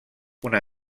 una